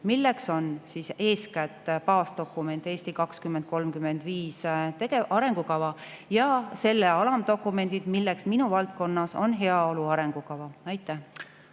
milleks on siis eeskätt baasdokumendi "Eesti 2035" arengukava ja selle alamdokumendid, milleks minu valdkonnas on heaolu arengukava. Ja